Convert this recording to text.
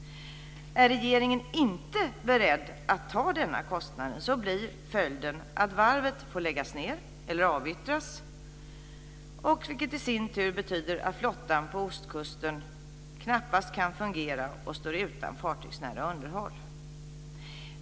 Om regeringen inte är beredd att ta denna kostnad, blir följden att varvet får läggas ned eller avyttras. Det betyder i sin tur att flottan på ostkusten står utan fartygsnära underhåll och knappast kan fungera.